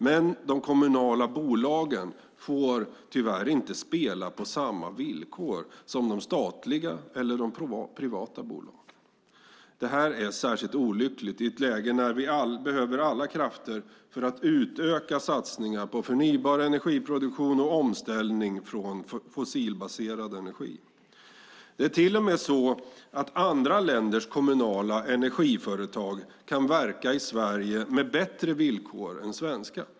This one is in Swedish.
Men de kommunala bolagen får tyvärr inte spela på samma villkor som de statliga eller de privata bolagen. Det är särskilt olyckligt i ett läge där vi behöver alla krafter för att utöka satsningarna på förnybar energiproduktion och omställning från fossilbaserad energi. Det är till och med så att andra länders kommunala energiföretag kan verka i Sverige med bättre villkor än svenska.